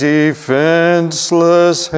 defenseless